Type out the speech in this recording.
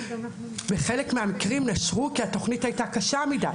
בחלק מהמקרים נשרו כי התכנית הייתה קשה מדי.